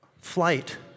Flight